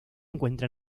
encuentra